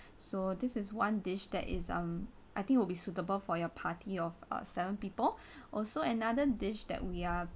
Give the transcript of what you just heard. so this is one dish that is um I think it will be suitable for your party of uh seven people also another dish that we are